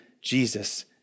Jesus